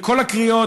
וכל הקריאות,